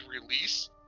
release